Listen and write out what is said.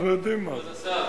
אנחנו יודעים מה זה.